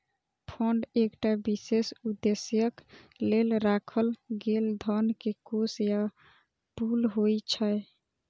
fund एकटा विशेष उद्देश्यक लेल राखल गेल धन के कोष या पुल होइ छै